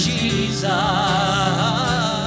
Jesus